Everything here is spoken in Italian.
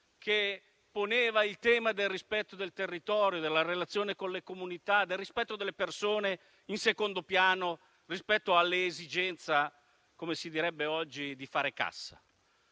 che poneva il tema del rispetto del territorio, della relazione con le comunità, del rispetto delle persone in secondo piano rispetto all'esigenza - come si direbbe oggi - di fare cassa.